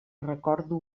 recordo